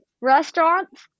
Restaurants